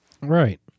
Right